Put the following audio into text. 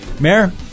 Mayor